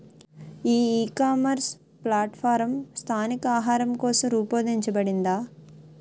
ఈ ecommerce platform స్థానిక ఆహారం కోసం రూపొందించబడిందా?